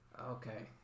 Okay